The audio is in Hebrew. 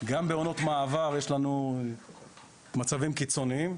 גם בעונות מעבר יש לנו מצבים קיצוניים.